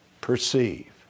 perceive